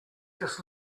just